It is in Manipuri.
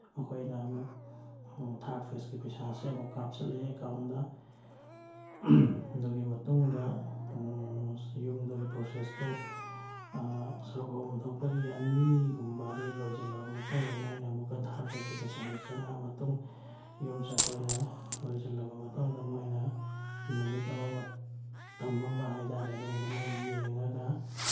ꯃꯈꯣꯏꯅ ꯑꯃꯨꯛ ꯊꯥꯔꯠ ꯐꯦꯁꯀꯤ ꯄꯩꯁꯥꯁꯦ ꯑꯃꯨꯛ ꯀꯥꯞꯁꯤꯜꯂꯛꯑꯦ ꯑꯦꯀꯥꯎꯟꯗ ꯑꯗꯨꯒꯤ ꯃꯇꯨꯡꯗ ꯌꯨꯝꯗꯨꯒꯤ ꯄ꯭ꯔꯣꯁꯦꯁꯇꯨ ꯁꯔꯨꯛ ꯑꯍꯨꯝ ꯊꯣꯛꯄꯒꯤ ꯑꯅꯤꯒꯨꯝꯕꯗꯤ ꯂꯣꯏꯁꯤꯜꯂꯕ ꯃꯇꯨꯡꯗ ꯃꯣꯏꯅ ꯑꯃꯨꯛꯀ ꯊꯥꯔꯠ ꯐꯦꯁꯀꯤ ꯄꯩꯁꯥꯁꯤ ꯆꯪꯉꯛꯑ ꯃꯇꯨꯡ ꯌꯨꯝꯁꯦ ꯑꯩꯈꯣꯏꯅ ꯂꯣꯏꯁꯤꯜꯂꯕ ꯃꯇꯨꯡꯗ ꯃꯣꯏꯅ ꯅꯨꯃꯤꯠ ꯑꯃ ꯃꯇꯝ ꯑꯃ ꯍꯥꯏ ꯇꯥꯔꯦ ꯑꯗꯨꯒꯨꯝꯕ ꯑꯃ ꯌꯦꯡꯉꯒ